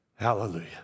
Hallelujah